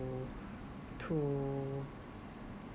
to